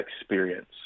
experience